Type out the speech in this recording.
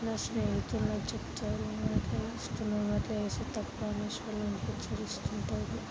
నా స్నేహితులు నాకు చెప్తారు నువ్వట్లా చేస్తున్నావు అట్లా చేస్తే తప్పనేసి వాళ్ళు నన్ను హెచ్చరిస్తుంటారు